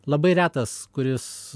labai retas kuris